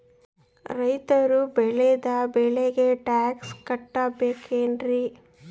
ರೈತರು ಬೆಳೆದ ಬೆಳೆಗೆ ಟ್ಯಾಕ್ಸ್ ಕಟ್ಟಬೇಕೆನ್ರಿ?